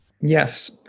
Yes